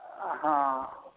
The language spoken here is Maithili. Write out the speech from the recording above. हॅं